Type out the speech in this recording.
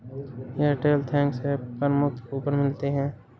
Airtel thanks app पर मुफ्त coupon मिलता है